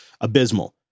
abysmal